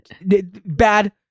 bad